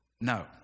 No